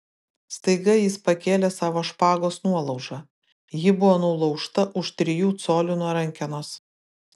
staiga jis pakėlė savo špagos nuolaužą ji buvo nulaužta už trijų colių nuo rankenos